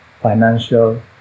financial